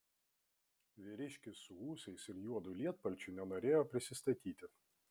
vyriškis su ūsais ir juodu lietpalčiu nenorėjo prisistatyti